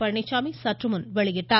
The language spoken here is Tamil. பழனிச்சாமி சற்றுமுன் வெளியிட்டார்